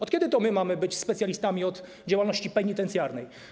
Od kiedy to my mamy być specjalistami od działalności penitencjarnej?